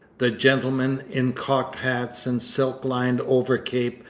the gentleman in cocked hat and silk-lined overcape,